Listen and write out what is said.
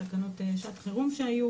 תקנות שעת חירום שהיו